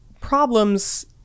problems